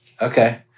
Okay